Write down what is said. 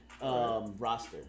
Roster